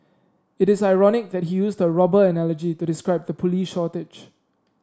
it is ironic that he used a robber analogy to describe the police shortage